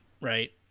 right